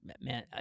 man